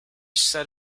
set